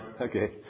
Okay